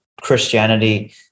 Christianity